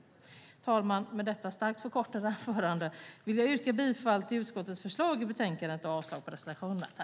Herr talman! Med detta starkt förkortade anförande vill jag yrka bifall till utskottets förslag i betänkandet och avslag på reservationerna.